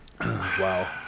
Wow